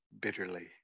bitterly